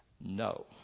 No